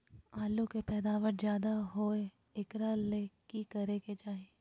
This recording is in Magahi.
आलु के पैदावार ज्यादा होय एकरा ले की करे के चाही?